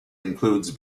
includes